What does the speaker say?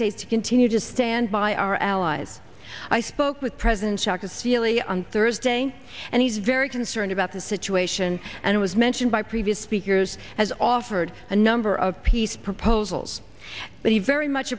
states continue to stand by our allies i spoke with president jacques of sealy on thursday and he's very concerned about the situation and it was mentioned by previous speakers has offered a number of peace proposals but he very much